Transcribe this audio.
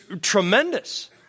tremendous